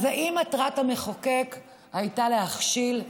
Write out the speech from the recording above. אז האם מטרת המחוקק הייתה להכשיל?